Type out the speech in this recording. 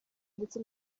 ndetse